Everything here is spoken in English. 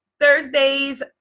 Thursdays